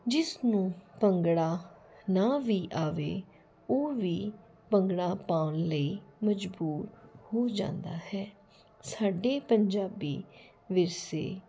ਜਿਸ ਨੂੰ ਭੰਗੜਾ ਨਾ ਵੀ ਆਵੇ ਉਹ ਵੀ ਭੰਗੜਾ ਪਾਉਣ ਲਈ ਮਜਬੂਰ ਹੋ ਜਾਂਦਾ ਹੈ ਸਾਡੇ ਪੰਜਾਬੀ ਵਿਰਸੇ